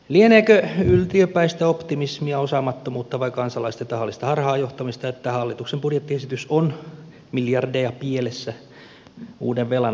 lieneekö yltiöpäistä optimismia osaamattomuutta vai kansalaisten tahallista harhaan johtamista että hallituksen budjettiesitys on miljardeja pielessä uuden velanoton suhteen